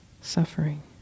suffering